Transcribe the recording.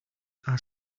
are